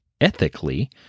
ethically